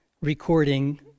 recording